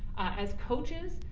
as coaches,